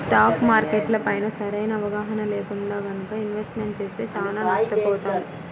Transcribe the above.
stock మార్కెట్లపైన సరైన అవగాహన లేకుండా గనక ఇన్వెస్ట్మెంట్ చేస్తే చానా నష్టపోతాం